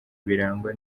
birangwa